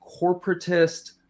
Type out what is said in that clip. corporatist